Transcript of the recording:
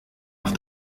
auf